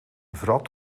wrat